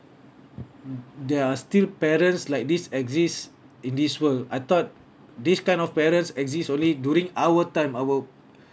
there are still parents like this exist in this world I thought this kind of parents exist only during our time our